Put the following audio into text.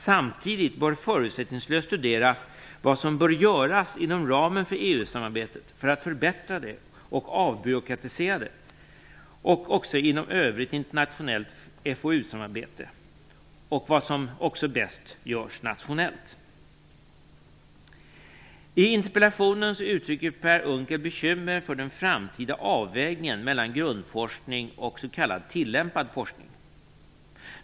Samtidigt bör förutsättningslöst studeras vad som bör göras inom ramen för EU-samarbetet för att förbättra och avbyråkratisera det och också inom övrigt internationellt FoU samarbete och vad som görs bäst nationellt. I interpellationen uttrycker Per Unckel bekymmer för den framtida avvägningen mellan grundforskning och s.k. tillämpad forskning.